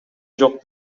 жок